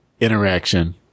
interaction